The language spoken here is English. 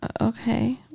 Okay